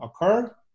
occur